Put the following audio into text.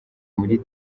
muri